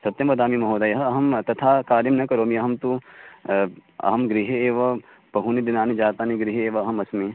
सत्यं वदामि महोदयः अहं तथा कार्यं न करोमि अहं तु अहं गृहे एव बहूनि दिनानि जातानि गृहे एव अहम् अस्मि